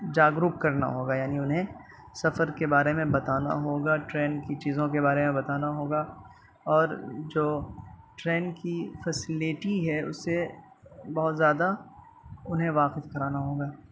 جاگروک کرنا ہوگا یعنی انہیں سفر کے بارے میں بتانا ہوگا ٹرین کی چیزوں کے بارے میں بتانا ہوگا اور جو ٹرین کی فیسلٹی ہے اسے بہت زیادہ انہیں واقف کرانا ہوگا